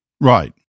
Right